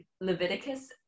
Leviticus